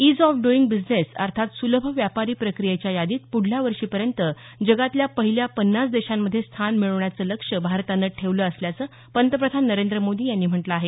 ease of doing business अर्थात सुलभ व्यापारी प्रक्रियेच्या यादीत प्ढल्यावर्षीपर्यंत जगातल्या पहिल्या पन्नास देशांमध्ये स्थान मिळवण्याचं लक्ष्य भारतानं ठेवलं असल्याचं पंतप्रधान नरेंद्र मोदी यांनी म्हटलं आहे